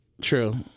True